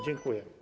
Dziękuję.